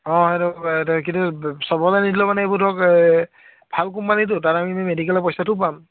অ কিন্তু সবকে নিদিলেও মানে এইবোৰ ধৰক ভাল কোম্পানীটো তাত আমি কিন্তু মেডিকেলৰ পইচাটো পাম